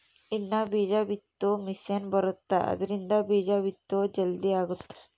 ಇನ್ನ ಬೀಜ ಬಿತ್ತೊ ಮಿಸೆನ್ ಬರುತ್ತ ಆದ್ರಿಂದ ಬೀಜ ಬಿತ್ತೊದು ಜಲ್ದೀ ಅಗುತ್ತ